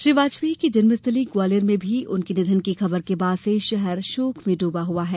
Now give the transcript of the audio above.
श्री वाजपेयी की जन्मस्थली ग्वालियर में भी उनके निधन की खबर के बाद से शहर शोक में डूबा हुआ है